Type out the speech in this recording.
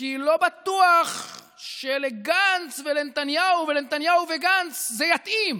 כי לא בטוח שלגנץ ולנתניהו ולנתניהו וגנץ זה יתאים.